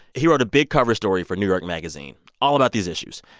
he wrote a big cover story for new york magazine all about these issues.